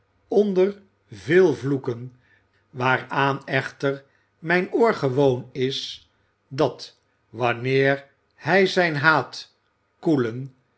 onder vee vloeken waaraan echter mijn oor gewoon is dat wanneer hij zijn haat koelen